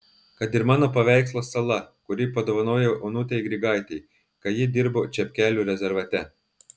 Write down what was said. kad ir mano paveikslas sala kurį padovanojau onutei grigaitei kai ji dirbo čepkelių rezervate